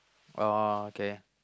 oh okay